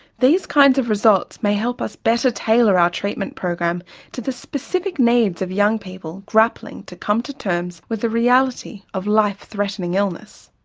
these kinds of results may help us better tailor our treatment program to the specific needs of young people grappling to come to terms with the reality of life-threatening illness.